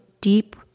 deep